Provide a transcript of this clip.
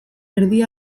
erdi